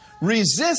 Resist